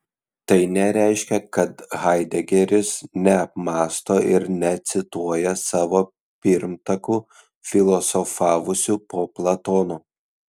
tai nereiškia kad haidegeris neapmąsto ir necituoja savo pirmtakų filosofavusių po platono